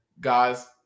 guys